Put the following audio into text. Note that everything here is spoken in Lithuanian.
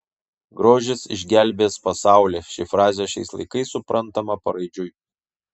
grožis išgelbės pasaulį ši frazė šiais laikais suprantama paraidžiui